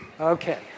Okay